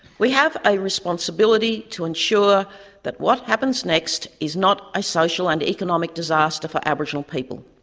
we have a responsibility to ensure that what happens next is not a social and economic disaster for aboriginal people.